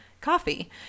coffee